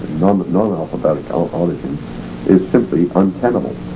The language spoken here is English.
none but none alphabetic origin is simply untenable